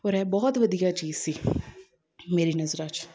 ਔਰ ਇਹ ਬਹੁਤ ਵਧੀਆ ਚੀਜ਼ ਸੀ ਮੇਰੀ ਨਜ਼ਰਾਂ 'ਚ